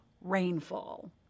rainfall